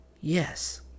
Yes